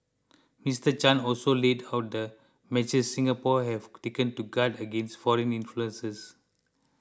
Mister Chan also laid out the measures Singapore have taken to guard against foreign influences